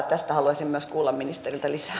tästä haluaisin myös kuulla ministeriltä lisää